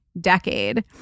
decade